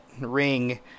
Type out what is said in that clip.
ring